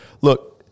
look